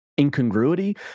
incongruity